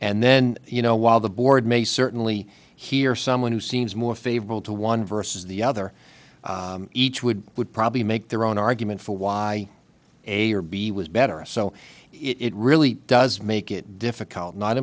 and then you know while the board may certainly hear someone who seems more favorable to one versus the other each would would probably make their own argument for why a or b was better so it really does make it difficult not